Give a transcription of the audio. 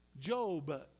Job